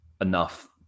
enough